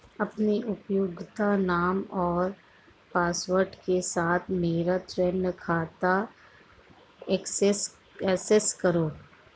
अपने उपयोगकर्ता नाम और पासवर्ड के साथ मेरा ऋण खाता एक्सेस करें